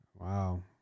Wow